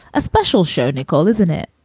a special show, nicole, isn't it?